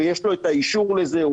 יש לו את האישור לזה,